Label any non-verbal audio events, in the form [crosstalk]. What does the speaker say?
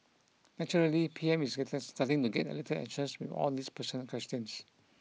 naturally P M is [unintelligible] starting to get a little anxious with all these personal questions